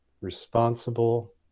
responsible